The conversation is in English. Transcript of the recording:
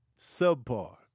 Subpar